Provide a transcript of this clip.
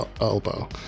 elbow